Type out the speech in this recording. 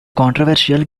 controversial